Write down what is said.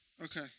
Okay